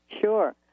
Sure